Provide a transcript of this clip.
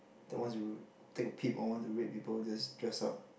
that wants to take a peep or to rape people just dress up